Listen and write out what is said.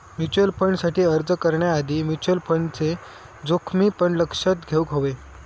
mutual फंडसाठी अर्ज करण्याआधी म्युचल फंडचे जोखमी पण लक्षात घेउक हवे